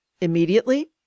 immediately